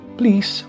please